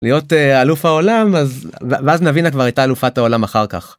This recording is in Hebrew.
להיות אלוף העולם אז ואז נבינה כבר הייתה אלופת העולם אחר כך.